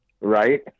Right